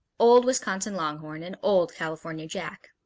old wisconsin longhorn, and old california jack.